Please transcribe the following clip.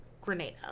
Grenada